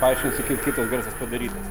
paaiškinsiu kaip kitas garsas padarytas